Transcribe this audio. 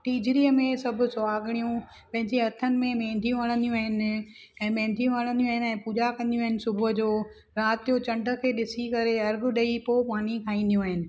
तीजड़ीअ में सभु सुहागणियूं पंहिंजे हथनि में मेहंदियूं हड़ंदियूं आहिनि ऐं मेहंदियूं हड़ंदियूं आहिनि ऐं पूॼा कंदियूं आहिनि सुबुह जो राति जो चंड खे ॾिसी करे अर्घु ॾेई पोइ मानी खाईदियूं आहिनि